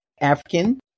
African